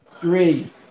three